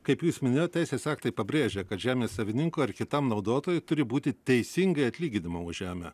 kaip jūs minėjot teisės aktai pabrėžia kad žemės savininkui ar kitam naudotojui turi būti teisingai atlyginama už žemę